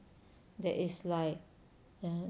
that is like err